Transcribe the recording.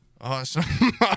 awesome